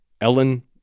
Ellen